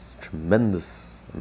tremendous